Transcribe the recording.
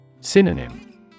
Synonym